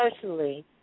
personally